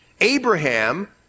Abraham